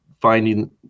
finding